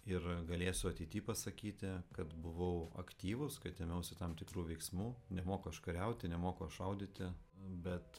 ir galėsiu ateity pasakyti kad buvau aktyvus kad ėmiausi tam tikrų veiksmų nemoku aš kariauti nemoku aš šaudyti bet